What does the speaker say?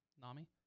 Nami